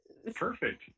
perfect